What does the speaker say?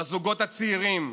בזוגות הצעירים,